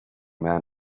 men